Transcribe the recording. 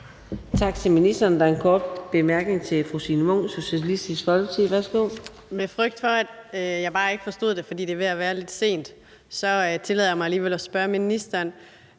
Tak til ministeren. Der er en kort bemærkning til fru Signe Munk, Socialistisk Folkeparti. Værsgo. Kl. 23:48 Signe Munk (SF): Af frygt for, at jeg bare ikke forstod det – det er ved at være lidt sent – tillader jeg mig alligevel at spørge ministeren: